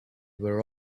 were